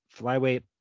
flyweight